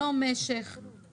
לא משך הזמן,